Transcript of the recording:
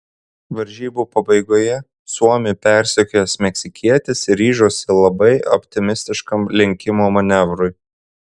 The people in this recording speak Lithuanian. varžybų pabaigoje suomį persekiojęs meksikietis ryžosi labai optimistiškam lenkimo manevrui